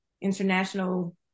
international